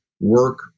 work